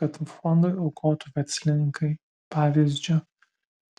kad fondui aukotų verslininkai pavyzdžiu